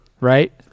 right